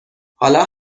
حالا